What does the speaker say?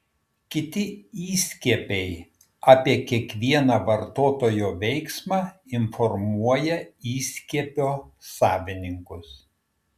kiti įskiepiai apie kiekvieną vartotojo veiksmą informuoja įskiepio savininkus